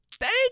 thank